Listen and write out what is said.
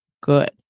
good